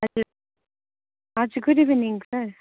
हजुर good evening sir